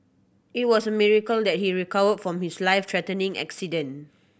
it was a miracle that he recovered from his life threatening accident